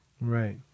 right